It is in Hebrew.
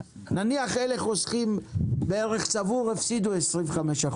נניח אלה חוסכים בערך צבור, הפסידו 25%,